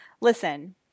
Listen